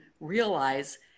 realize